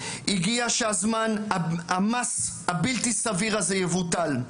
הגיע הזמן שהמס הבלתי סביר הזה יבוטל.